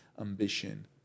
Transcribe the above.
ambition